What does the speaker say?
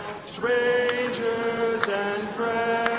strangers and